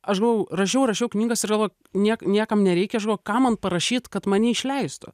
aš galvojau rašiau rašiau knygas ir galvo niek niekam nereikia aš galvo ką man parašyt kad mane išleistų